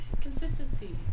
consistency